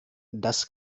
das